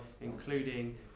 including